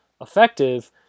effective